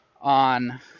on